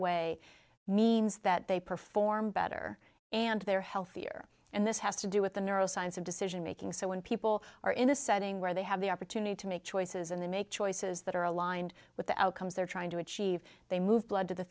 way means that they perform better and they're healthier and this has to do with the neuroscience of decision making so when people are in a setting where they have the opportunity to make choices and they make choices that are aligned with the outcomes they're trying to achieve they moved blood to the